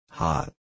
hot